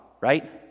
right